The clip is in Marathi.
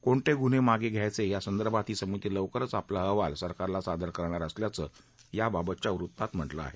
कोणते गुन्हे मागे घ्यायचे यासंदर्भात ही समिती लवकरच आपला अहवाल सरकारला सादर करणार असल्याचं याबाबतच्या वृत्तात म्हटलं आहे